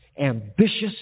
ambitious